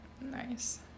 Nice